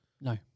No